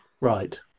Right